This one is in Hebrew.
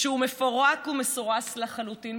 שהוא מפורק ומסורס לחלוטין,